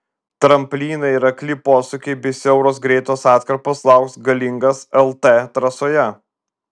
tramplynai ir akli posūkiai bei siauros greitos atkarpos lauks galingas lt trasoje